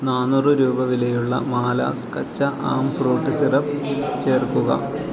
നാനൂറ് രൂപ വിലയുള്ള മാലാസ് കച്ച ആം ഫ്രൂട്ട് സിറപ്പ് ചേർക്കുക